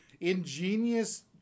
ingenious